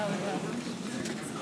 פרץ, בבקשה, אדוני.